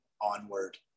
onward